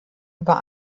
über